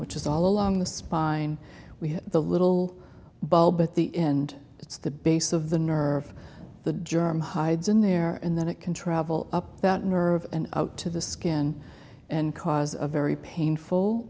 which is all along the spine we have the little bulb at the end it's the base of the nerve the germ hides in there and then it can travel up that nerve and out to the skin and cause a very painful